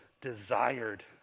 desired